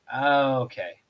okay